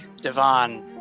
Devon